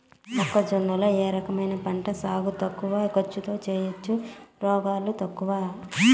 మొక్కజొన్న లో ఏ రకమైన పంటల సాగు తక్కువ ఖర్చుతో చేయచ్చు, రోగాలు తక్కువ?